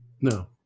No